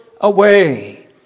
away